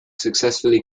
successfully